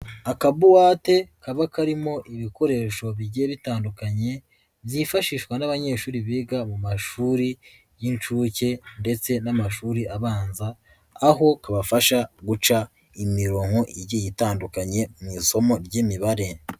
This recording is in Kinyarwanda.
Akabuwate kaba karimo ibikoresho bigiye bitandukanye, byifashishwa n'abanyeshuri biga mu mashuri y'inshuke ndetse n'amashuri abanza, aho kabafasha guca imirongo igiye itandukanye mu isomo ry'imibare.